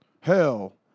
hell